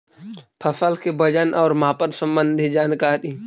फसल के वजन और मापन संबंधी जनकारी?